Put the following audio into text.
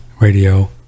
radio